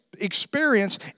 experience